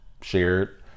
shared